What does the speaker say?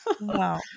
Wow